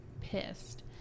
pissed